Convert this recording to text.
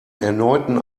erneuten